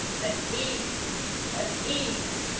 a eve a eve!